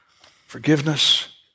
forgiveness